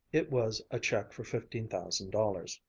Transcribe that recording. it was a check for fifteen thousand dollars.